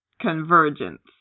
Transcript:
Convergence